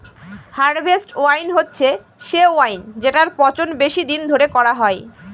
harvest wine হচ্ছে সে wine যেটার পচন বেশি দিন ধরে করা হয়